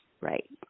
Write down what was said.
right